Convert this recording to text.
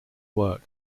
work